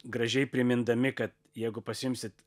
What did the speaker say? gražiai primindami kad jeigu pasiimsit